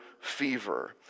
fever